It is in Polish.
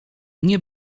nie